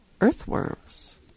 earthworms